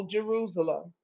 Jerusalem